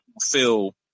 feel